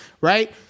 Right